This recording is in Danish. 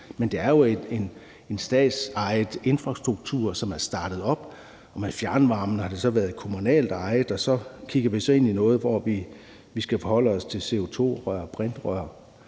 men det er jo en statsejet infrastruktur, som er startet op, og med fjernvarmen har det så været kommunalt ejet, og så kigger vi ind i noget, hvor vi skal forholde os til CO2-rør og brintrør.